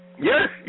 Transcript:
Yes